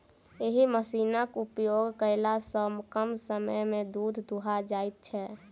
एहि मशीनक उपयोग कयला सॅ कम समय मे दूध दूहा जाइत छै